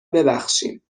ببخشیم